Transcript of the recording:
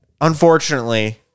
unfortunately